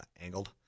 angled